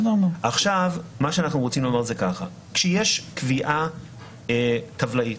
מה שאנחנו רוצים לומר זה שכשיש קביעה טבלאית,